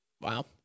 Wow